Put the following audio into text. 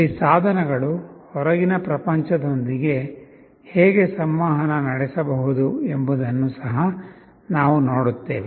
ಅಲ್ಲಿ ಸಾಧನಗಳು ಹೊರಗಿನ ಪ್ರಪಂಚದೊಂದಿಗೆ ಹೇಗೆ ಸಂವಹನ ನಡೆಸಬಹುದು ಎಂಬುದನ್ನು ಸಹ ನಾವು ನೋಡುತ್ತೇವೆ